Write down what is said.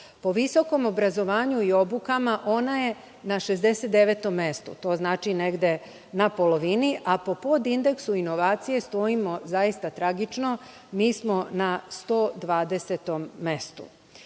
Po visokom obrazovanju i obukama ona je na 69 mestu. To znači negde na polovini, a po indeksu inovacija stojimo zaista tragično. Mi smo na 120 mestu.